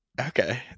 okay